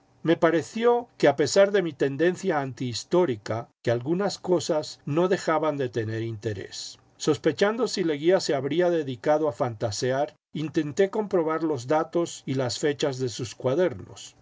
me pareció a pesar de mi tendencia antihistórica que algunas cosas no dejaban de tener interés sospechando si leguía se habría dedicado a fantasear intenté comprobar los datos y las fechas de sus cuadernos